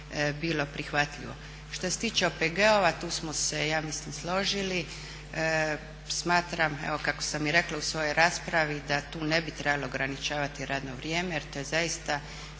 Što se tiče OPG-ova tu smo se ja mislim složili. Smatram evo kako sam i rekla u svojoj raspravi da tu ne bi trebalo ograničavati radno vrijeme jer to je zaista